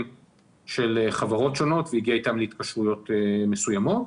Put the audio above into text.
של חברות שונות והגיעה אתן להתקשרויות מסוימות.